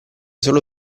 solo